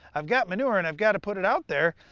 i've got manure and i've got to put it out there.